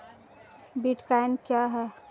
Bitcoin क्या है?